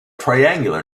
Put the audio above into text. triangular